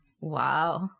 Wow